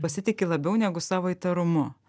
pasitiki labiau negu savo įtarumu